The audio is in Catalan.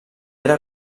era